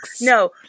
No